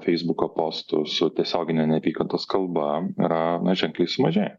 feisbuko postų su tiesiogine neapykantos kalba yra ženkliai sumažėję